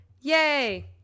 Yay